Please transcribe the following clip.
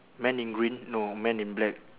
man in green no man in black